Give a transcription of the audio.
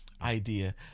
idea